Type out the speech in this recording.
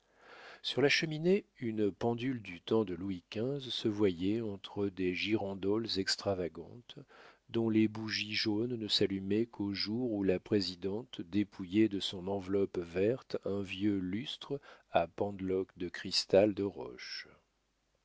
sur la cheminée une pendule du temps de louis xv se voyait entre des girandoles extravagantes dont les bougies jaunes ne s'allumaient qu'aux jours où la présidente dépouillait de son enveloppe verte un vieux lustre à pendeloques de cristal de roche